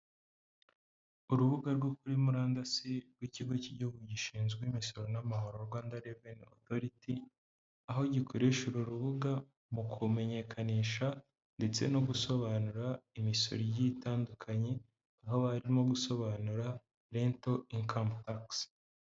Urubuga rwo kuri murandasi, rw'Ikigo cy'Igihugu gishinzwe Imisoro n'Amahoro, Rwanda reveni otoriti, aho gikoresha uru rubuga mu kumenyekanisha ndetse no gusobanura imisoro igiye itandukanye, aho barimo gusobanura rental income tax.